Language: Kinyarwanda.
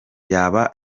yaba